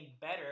better